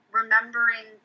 remembering